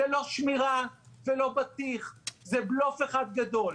זאת לא שמירה ולא בטיח, זה בלוף אחד גדול.